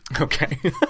Okay